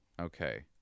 Okay